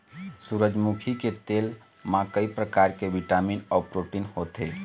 सूरजमुखी के तेल म कइ परकार के बिटामिन अउ प्रोटीन होथे